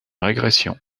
régression